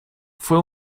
fue